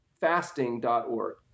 fasting.org